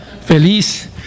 Feliz